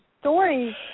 stories